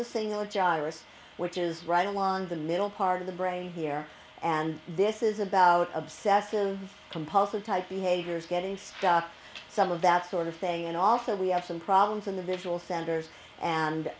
the singer gyrus which is right along the middle part of the brain here and this is about obsessive compulsive type behaviors getting stuck some of that sort of thing and also we have some problems in the visual centers